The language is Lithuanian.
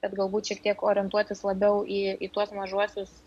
bet galbūt šiek tiek orientuotis labiau į tuos mažuosius